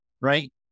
right